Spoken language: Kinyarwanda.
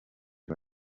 rwa